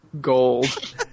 gold